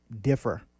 differ